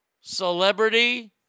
Celebrity